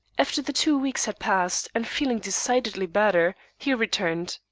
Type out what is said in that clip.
after the two weeks had passed, and feeling decidedly better, he returned.